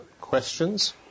questions